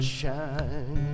shine